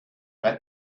but